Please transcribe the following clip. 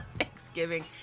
Thanksgiving